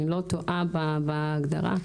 אני לא טועה בהגדרה.